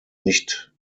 nicht